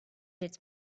its